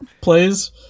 Plays